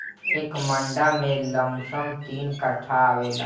एक मंडा में लमसम तीन कट्ठा आवेला